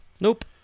Nope